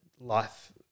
life